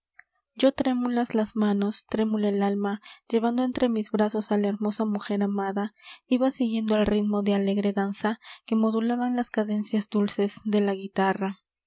yo trémulas las manos trémula el alma llevando entre mis brazos á la hermosa mujer amada iba siguiendo el ritmo de alegre danza que modulaban las cadencias dulces de la guitarra